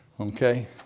Okay